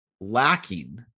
lacking